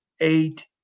eight